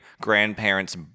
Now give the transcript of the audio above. grandparents